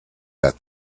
that